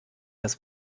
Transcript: das